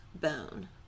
bone